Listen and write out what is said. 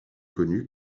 connue